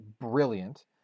brilliant